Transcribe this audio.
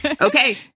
Okay